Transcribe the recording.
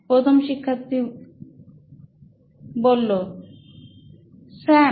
প্রথম শিক্ষার্থী স্যাম